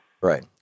Right